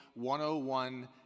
101